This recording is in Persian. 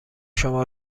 شما